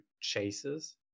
chases